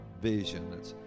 vision